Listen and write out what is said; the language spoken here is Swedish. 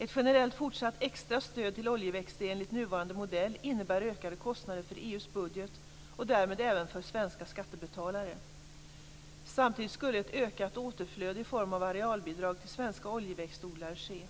Ett generellt fortsatt extra stöd till oljeväxter enligt nuvarande modell innebär ökade kostnader för EU:s budget och därmed även för svenska skattebetalare. Samtidigt skulle ett ökat återflöde i form av arealbidrag till svenska oljeväxtodlare ske.